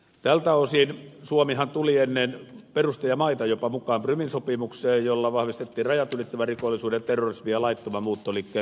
tältä osin suomihan tuli jopa ennen perustajamaita mukaan prumin sopimukseen jolla vahvistettiin rajat ylittävän rikollisuuden terrorismin ja laittoman muuttoliikkeen torjunta